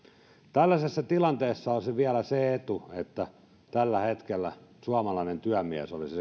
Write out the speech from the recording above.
tällaisessa tilanteessa olisi vielä se etu että tällä hetkellä suomalainen työmies olisi